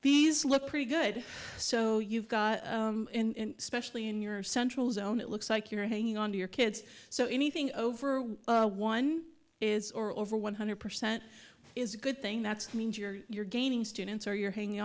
these look pretty good so you've got in especially in your central zone it looks like you're hanging on to your kids so anything over one is or over one hundred percent is a good thing that's means you're you're gaining students or you're hanging